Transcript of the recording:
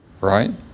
Right